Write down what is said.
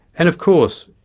and, of course,